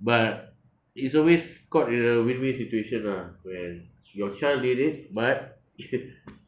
but it's always got a win-win situation lah when your child did it but